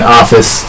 office